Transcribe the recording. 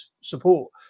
support